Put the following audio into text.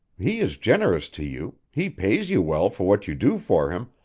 he is generous to you, he pays you well for what you do for him,